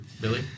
Billy